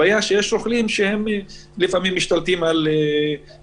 הבעיה היא שיש רוכלים שלפעמים משתלטים על מדרכות,